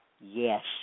yes